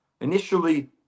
Initially